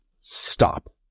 stop